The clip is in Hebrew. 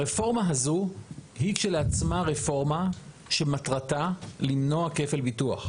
הרפורמה הזו היא כשלעצמה רפורמה שמטרתה למנוע כפל ביטוח.